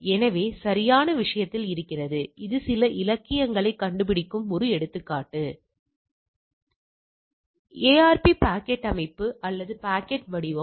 எனவே இது ARP packet அமைப்பு அல்லது பாக்கெட் வடிவம்